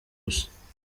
gusa